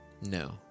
No